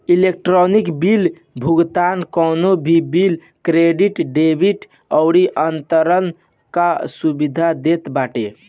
electronic bill भुगतान कवनो भी बिल, क्रेडिट, डेबिट अउरी अंतरण कअ सुविधा देत बाटे